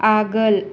आगोल